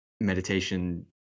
meditation